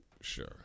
Sure